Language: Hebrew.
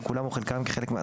אנחנו מתכנסים היום